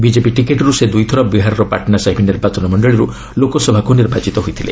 BJP ଟିକେଟ୍ରୁ ସେ ଦୁଇଥର ବିହାରର ପାଟନାସାହିବ ନିର୍ବାଚନ ମଣ୍ଡଳୀରୁ ଲୋକସଭାକୁ ନିର୍ବାଚିତ ହୋଇଥିଲେ